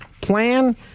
plan